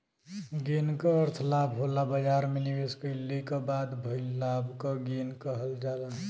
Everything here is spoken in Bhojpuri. गेन क अर्थ लाभ होला बाजार में निवेश कइले क बाद भइल लाभ क गेन कहल जाला